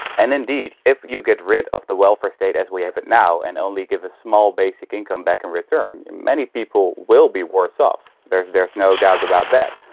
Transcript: and indeed if you get rid of the welfare state as we have it now and only give a small basic income back in return, many people will be worse off, there's there's no doubt about that.